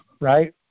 right